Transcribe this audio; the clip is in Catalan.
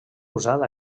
usat